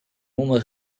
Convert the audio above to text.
uma